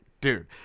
dude